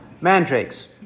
mandrakes